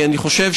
אני חושב